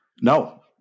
No